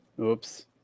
Oops